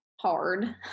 hard